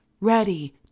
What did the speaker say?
ready